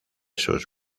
sus